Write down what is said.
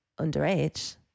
underage